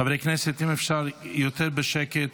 חברי הכנסת, אם אפשר יותר בשקט.